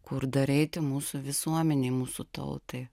kur dar eiti mūsų visuomenei mūsų tautai